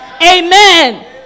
Amen